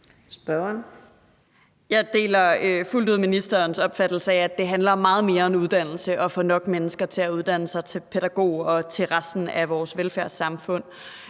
Jeg deler fuldt ud ministerens opfattelse af, at det handler om meget mere end uddannelse at få nok mennesker til at uddanne sig til pædagog og til funktioner i resten af vores velfærdssamfund.